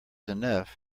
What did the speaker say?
enough